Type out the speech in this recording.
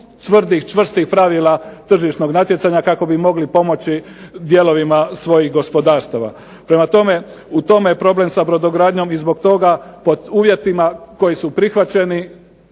čvrstih pravila tržišnog natjecanja kako bi mogli pomoći dijelovima svojih gospodarstava. Prema tome u tome je problem sa brodogradnjom i zbog toga pod uvjetima koji su prihvaćeni